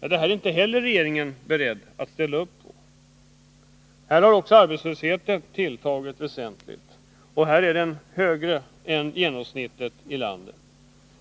Men inte heller detta är regeringen beredd att ställa upp på. Arbetslösheten i Södertälje har också tilltagit och är högre än genomsnittet i landet.